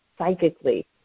Psychically